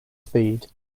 speed